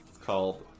Called